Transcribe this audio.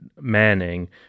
Manning